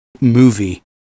movie